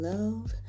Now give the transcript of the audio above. Love